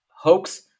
hoax